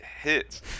hits